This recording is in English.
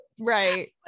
Right